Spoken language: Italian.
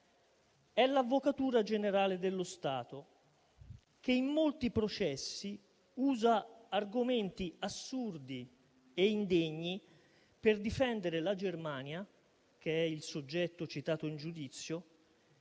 è l'Avvocatura generale dello Stato, che in molti processi usa argomenti assurdi e indegni per difendere la Germania, che è il soggetto citato in giudizio,